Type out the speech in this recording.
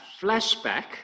flashback